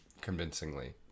convincingly